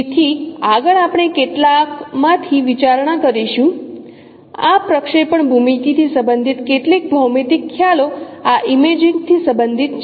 તેથી આગળ આપણે કેટલાકમાંથી વિચારણા કરીશું આ પ્રક્ષેપણ ભૂમિતિથી સંબંધિત કેટલીક ભૌમિતિક ખ્યાલો આ ઇમેજિંગ થી સંબંધિત છે